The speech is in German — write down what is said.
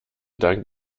dank